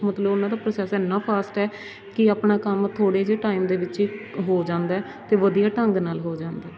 ਮਤਲਬ ਉਹਨਾਂ ਦਾ ਪ੍ਰੋਸੈਸ ਇੰਨਾਂ ਫਾਸਟ ਹੈ ਕਿ ਆਪਣਾ ਕੰਮ ਥੋੜ੍ਹੇ ਜਿਹੇ ਟਾਈਮ ਦੇ ਵਿੱਚ ਹੀ ਹੋ ਜਾਂਦਾ ਅਤੇ ਵਧੀਆ ਢੰਗ ਨਾਲ ਹੋ ਜਾਂਦਾ